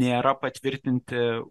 nėra patvirtinti